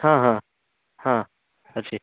ହଁ ହଁ ହଁ ଅଛି